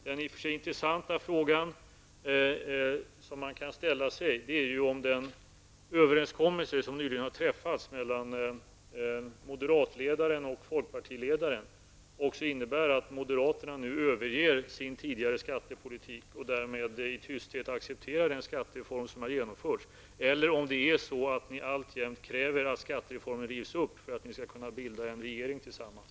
Den intressanta fråga som man kan ställa sig är om den överenskommelse som nyligen har träffats mellan moderatledaren och folkpartiledaren också innebär att moderatledaren nu överger sin tidigare skattepolitik och därmed i tysthet accepterar den skattereform som har genomförts, eller om ni moderater alltjämt kräver att skattereformen rivs upp för att ni skall kunna bilda en regering tillsammans.